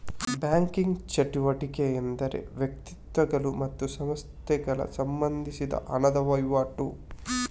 banking ಚಟುವಟಿಕೆ ಎಂದರೆ ವ್ಯಕ್ತಿಗಳು ಮತ್ತೆ ಸಂಸ್ಥೆಗೆ ಸಂಬಂಧಿಸಿದ ಹಣದ ವೈವಾಟು